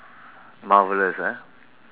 marvellous eh